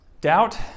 Doubt